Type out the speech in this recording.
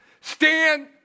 stand